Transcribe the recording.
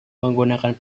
menggunakan